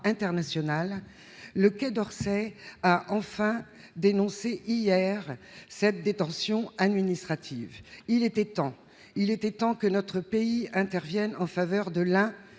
international, le Quai d'Orsay a enfin dénoncé hier cette détention administrative, il était temps, il était temps que notre pays interviennent en faveur de l'un